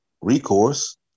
recourse